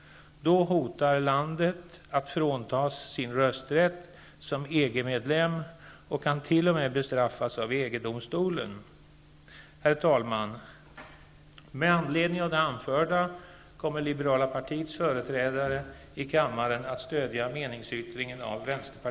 Då hotas landet att fråntas sin rösträtt som EG medlem och kan t.o.m. bestraffas av EG Herr talman! Med anledning av det anförda kommer det liberala partiets företrädare i kammaren att stödja meningsyttringen av